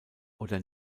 oder